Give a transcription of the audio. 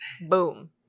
Boom